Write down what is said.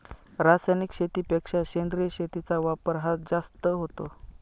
रासायनिक शेतीपेक्षा सेंद्रिय शेतीचा वापर हा जास्त होतो